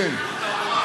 שליחות האומה.